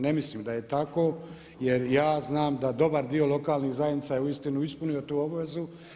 Ne mislim da je tako, jer ja znam da dobar dio lokalnih zajednica je uistinu ispunio tu obvezu.